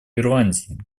ирландии